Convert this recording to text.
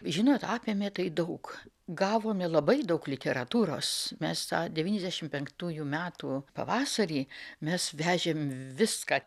žinot apėmė tai daug gavome labai daug literatūros mes tą devyniasdeši penktųjų metų pavasarį mes vežėm viską